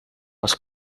les